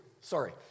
Sorry